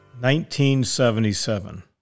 1977